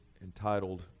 entitled